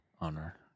Honor